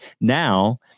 Now